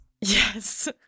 Yes